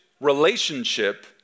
relationship